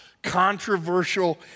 controversial